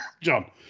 John